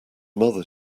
mother